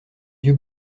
yeux